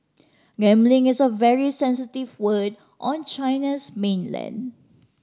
gambling is a very sensitive word on China's mainland